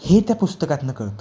हे त्या पुस्तकातून कळतं